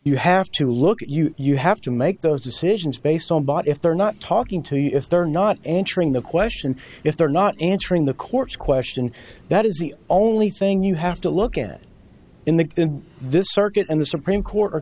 you have to look at you you have to make those decisions based on but if they're not talking to you if they're not answering the question if they're not answering the court's question that is the only thing you have to look at in the in this circuit and the supreme court